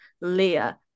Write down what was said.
leah